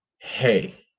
hey